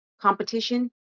competition